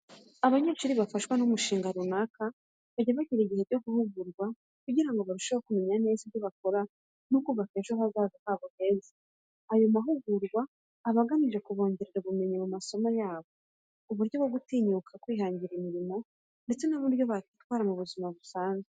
Abanyeshuri bafashwa n'umushinga runaka bajya bagira igihe cyo guhugurwa kugira ngo barusheho kumenya neza ibyo bakora no kubaka ejo hazaza habo heza. Ayo mahugurwa aba agamije kubongerera ubumenyi mu masomo yabo, uburyo bwo gutinyuka no kwihangira imirimo, ndetse n'uburyo bakitwara mu buzima busanzwe.